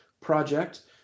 Project